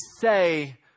say